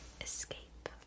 Escape